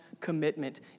commitment